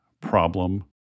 problem